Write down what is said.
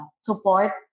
support